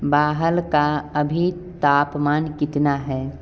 बाहर का अभी तापमान कितना है